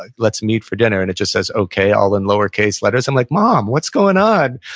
ah let's meet for dinner. and it just says, okay, all in lowercase letters, i'm like, mom, what's going on?